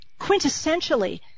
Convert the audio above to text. quintessentially